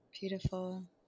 Beautiful